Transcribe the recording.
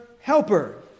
Helper